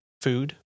food